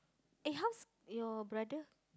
eh how's your brother